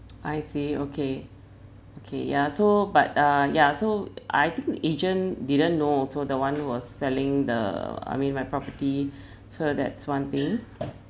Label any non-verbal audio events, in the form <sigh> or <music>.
I see okay okay ya so but uh ya so I think agent didn't know also the one was selling the I mean my property <breath> so that's one thing